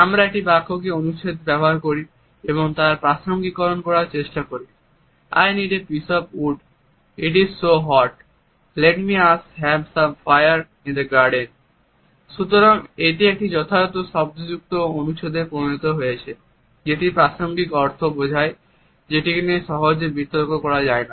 আমরা একটি বাক্য কে একটি অনুচ্ছেদে ব্যবহার করি এবং তার প্রাসঙ্গিককরণ করার চেষ্টা করি "I need a piece of wood it is so hot" "let us have some fire in the garden"সুতরাং এখন এটি একটি যথাযথ শব্দযুক্ত অনুচ্ছেদে পরিণত হয়েছে যেটি প্রাসঙ্গিক অর্থ বোঝায় যেটিকে নিয়ে সহজে বিতর্ক করা যায় না